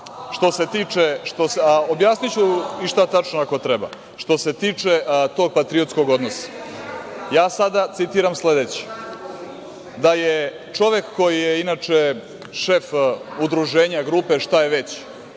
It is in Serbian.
što se tiče, a objasniću sve tačno ako treba, a što se tiče tog patriotskog odnosa, ja sada citiram sledeće – da je čovek koji je inače šef udruženja, grupe, šta je već,